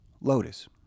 lotus